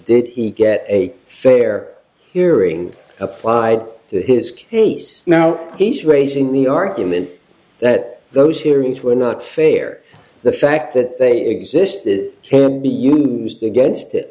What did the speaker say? did he get a fair hearing applied to his case now he's raising the argument that those hearings were not fair the fact that they exist that can be used against it